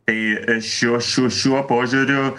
tai šiuo šiuo šiuo požiūriu